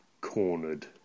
cornered